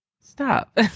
Stop